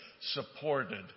supported